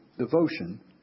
devotion